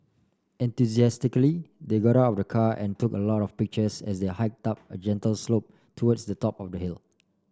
enthusiastically they got out of the car and took a lot of pictures as they hiked up a gentle slope towards the top of the hill